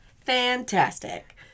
Fantastic